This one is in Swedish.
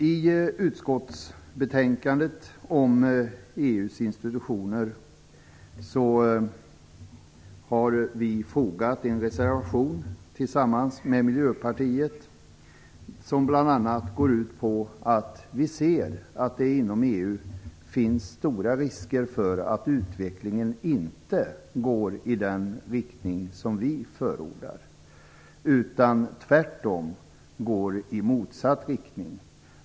Till utskottsbetänkandet om EU:s institutioner har vi tillsammans med Miljöpartiet fogat en reservation som bl.a. går ut på att vi ser att det inom EU finns stora risker för att utvecklingen inte går i den riktning som vi förordar, utan tvärtom i motsatt riktning.